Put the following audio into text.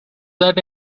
that